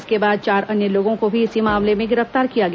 इसके बाद चार अन्य लोगों को भी इसी मामले में गिरफ्तार किया गया